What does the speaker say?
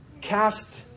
cast